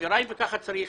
מחבריי וכך צריך